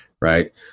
right